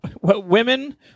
Women